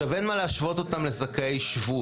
אין מה להשוות אותם לזכאי שבות.